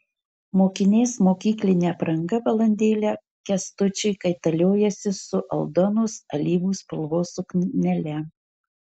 mokinės mokyklinė apranga valandėlę kęstučiui kaitaliojosi su aldonos alyvų spalvos suknele